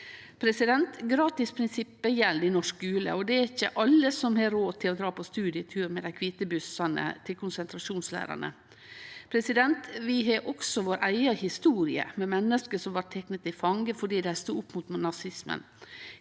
Gratisprinsippet gjeld i norsk skule, og det er ikkje alle som har råd til å dra på studietur med dei kvite bussane til konsentrasjonsleirane. Vi har også vår eiga historie med menneske som blei tekne til fange fordi dei stod opp mot nazismen.